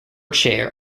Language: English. chair